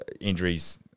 injuries